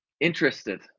interested